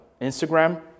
Instagram